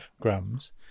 grams